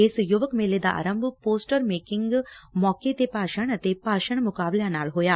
ਇਸ ਯੁਵਕ ਮੇਲੇ ਦਾ ਆਰੰਭ ਪੋਸਟਰ ਮੇਕਿੰਗ ਮੌਕੇ ਤੇ ਭਾਸ਼ਣ ਅਤੇ ਭਾਸ਼ਣ ਮੁਕਾਬਲਿਆਂ ਨਾਲ ਹੋਇਆ